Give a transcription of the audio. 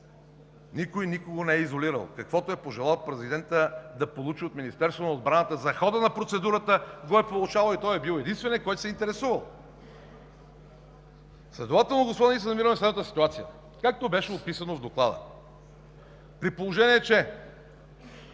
Никой никого не е изолирал. Каквото е пожелал президентът да получи от Министерството на отбраната за хода на процедурата, го е получавал, и той е бил единственият, който се е интересувал. Следователно, ние се намираме в следната ситуация, както беше описано в доклада. При положение, че